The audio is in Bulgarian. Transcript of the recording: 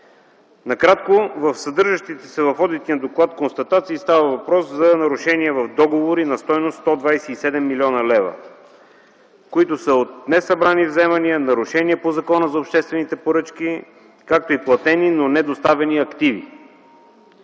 Накратко, в съдържащите се в одитния доклад констатации става въпрос за нарушения в договори на стойност 27 млн. лв., които са от несъбрани вземания, нарушения по Закона за обществените поръчки, както и платени, но недоставени активи.